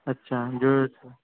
अच्छा जो ऐसे